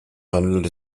handelt